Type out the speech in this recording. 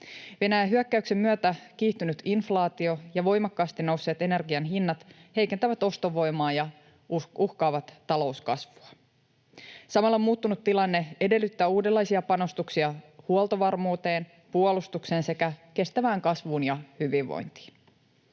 Venäjän hyökkäyksen myötä kiihtynyt inflaatio ja voimakkaasti nousseet energian hinnat heikentävät ostovoimaa ja uhkaavat talouskasvua. Samalla muuttunut tilanne edellyttää uudenlaisia panostuksia huoltovarmuuteen, puolustukseen sekä kestävään kasvuun ja hyvinvointiin.